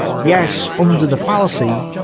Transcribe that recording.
yes, under the fallacy,